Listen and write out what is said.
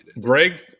Greg